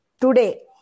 today